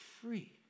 free